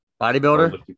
Bodybuilder